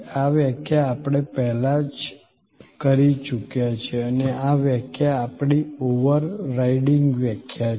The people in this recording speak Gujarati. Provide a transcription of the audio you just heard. આ વ્યાખ્યા આપણે પહેલા જ કહી ચુક્યા છીએ અને આ વ્યાખ્યા સંદર્ભ સમય 1204 આપણી ઓવરરાઇડિંગ વ્યાખ્યા છે